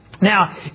Now